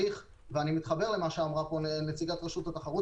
אני מתחבר למה שאמרה פה נציגת רשות התחרות